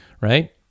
right